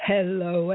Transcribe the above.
Hello